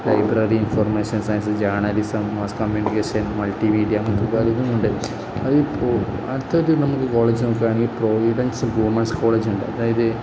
library information science journalism mass communication multi media ഇതുമുണ്ട് അതിപ്പോള് അടുത്തതു നമുക്ക് കോളേജ് നോക്കുകയാണെങ്കില് പ്രൊവിഡൻസ് വിമെന്സ് കോളേജുണ്ട് അതായത്